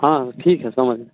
हाँ ठीक है समझ